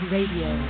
Radio